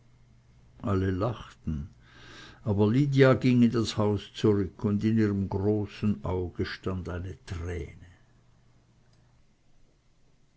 alle lachten aber lydia ging in das haus zurück und in ihrem großen auge stand eine träne